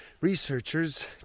researchers